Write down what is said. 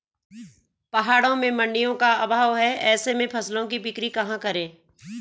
पहाड़ों में मडिंयों का अभाव है ऐसे में फसल की बिक्री कहाँ करूँ?